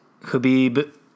khabib